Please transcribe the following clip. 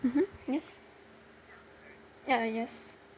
mmhmm yes ah yes